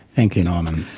thank you norman.